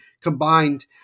combined –